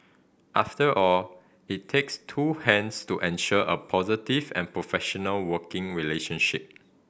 after all it takes two hands to ensure a positive and professional working relationship